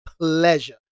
pleasure